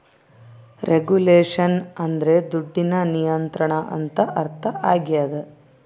regulation ಅಂದ್ರೆ ದುಡ್ಡಿನ ನಿಯಂತ್ರಣ ಅಂತ ಅರ್ಥ ಆಗ್ಯದ